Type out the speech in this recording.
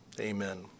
Amen